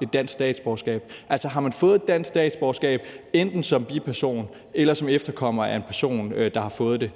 et dansk statsborgerskab. Altså, har man fået dansk statsborgerskab, enten som biperson eller som efterkommer af en person, som har fået det,